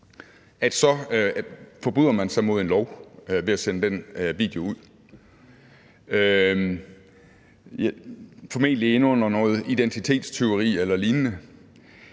så forbryder man sig mod en lov ved at sende den video ud – formentlig i kategorien identitetstyveri eller lignende.